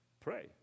Pray